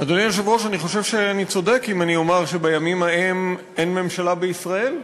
אני חושב שאני צודק אם אני אומר שבימים ההם אין ממשלה בישראל,